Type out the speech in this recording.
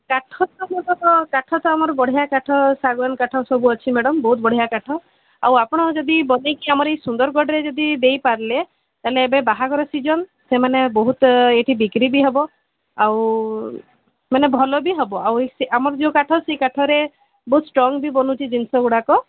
କାଠ ତ ଆମର କାଠ ତ ଆମର ବଢ଼ିଆ କାଠ ଶାଗୁଆନ କାଠ ସବୁ ଅଛି ମ୍ୟାଡମ୍ ବହୁତ ବଢ଼ିଆ କାଠ ଆଉ ଆପଣ ଯଦି ବନେଇକି ଆମର ଏଇ ସୁନ୍ଦରଗଡ଼ରେ ଯଦି ଦେଇପାରିଲେ ତାହେଲେ ଏବେ ବାହାଘର ସିଜନ୍ ସେମାନେ ବହୁତ ଏଠି ବିକ୍ରି ବି ହେବ ଆଉ ମାନେ ଭଲ ବି ହେବ ଆଉ ଇଏ ଆମର ଯୋଉ କାଠ ସେଇ କାଠରେ ବହୁତ ଷ୍ଟ୍ରଙ୍ଗ୍ ବି ବନୁଛି ଜିନିଷ ଗୁଡ଼ାକ